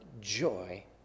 joy